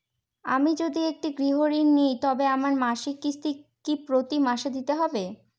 আমি যদি একটি গৃহঋণ নিই তবে আমার মাসিক কিস্তি কি প্রতি মাসে দিতে হবে?